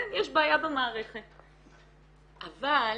כן,